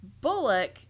Bullock